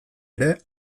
ere